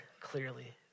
clearly